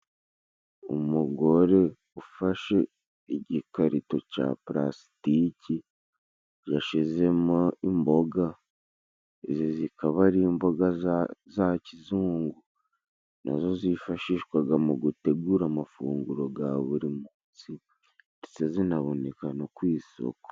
Umugore ufashe igikarito cya purasitiki, yashizemo imboga izi zikaba ari imboga za kizungu. Nazo zifashishwaga mu gutegura amafunguro ga buri munsi, ndetse zinaboneka no ku isoko.